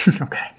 Okay